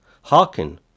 Hearken